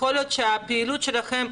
יכול להיות שהפעילות שלכם,